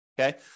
okay